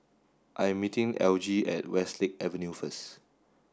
I am meeting Elgie at Westlake Avenue first